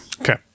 Okay